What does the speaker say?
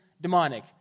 demonic